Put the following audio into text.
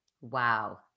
Wow